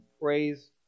praise